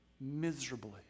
miserably